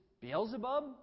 Beelzebub